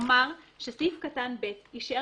אומר שסעיף קטן (ב) יחריג